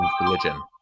religion